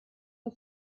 des